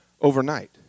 overnight